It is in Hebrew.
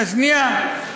רגע, שנייה.